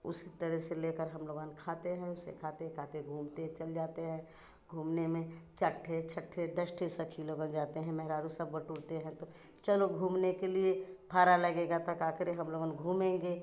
उसी तरह से लेकर हम लोगन खाते हैं उसे खाते खाते घूमते चल जाते हैं घूमने में चार ठे छः ठे दस ठे सखी लोगा जाते हैं मेहरारू सब बटुरते हैं तो चलो घूमने के लिए भाड़ा लगेगा तो का करें हम लोगन घूमेंगे